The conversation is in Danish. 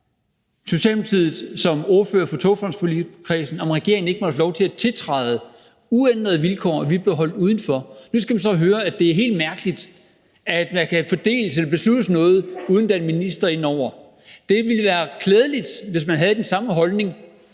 ordfører for Togfonden DK-forligskredsen, om regeringen ikke måtte få lov til at tiltræde på uændrede vilkår. Vi blev holdt udenfor. Nu skal vi så høre, at det er helt mærkeligt, at der kan fordeles noget eller besluttes noget, uden at der er en minister inde over. Det ville være klædeligt, hvis man havde den samme holdning,